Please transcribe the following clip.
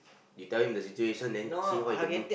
you tell him the situation then see what he can do